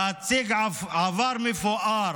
להציג עבר מפואר